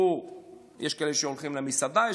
יש כאלה שהולכים למסעדה,